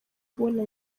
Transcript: kubona